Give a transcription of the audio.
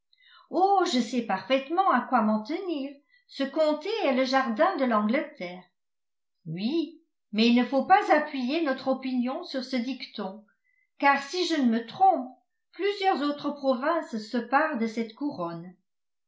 oh je sais parfaitement à quoi m'en tenir ce comté est le jardin de l'angleterre oui mais il ne faut pas appuyer notre opinion sur ce dicton car si je ne me trompe plusieurs autres provinces se parent de cette couronne